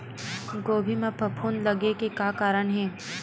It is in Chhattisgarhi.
गोभी म फफूंद लगे के का कारण हे?